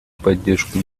поддержку